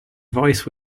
voice